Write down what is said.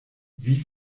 wie